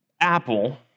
apple